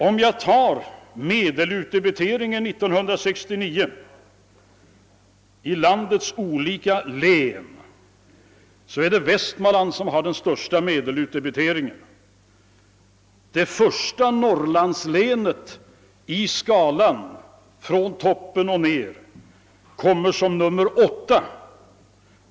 Tar jag medelutdebiteringen 1969 i landets olika län visar det sig att Västmanlands län ligger högst. Det första Norrlandslänet kommer som nummer 8 bland alla län.